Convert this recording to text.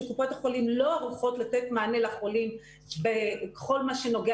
שקופות החולים לא ערוכות לתת מענה לחולים בכל מה שנוגע